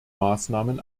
maßnahmen